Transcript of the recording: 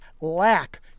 lack